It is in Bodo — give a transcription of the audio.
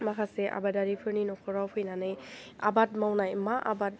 माखासे आबादारिफोरनि नख'राव फैनानै आबाद मावनाय मा आबाद